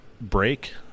break